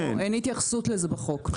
אין התייחסות לזה בחוק.